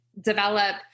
develop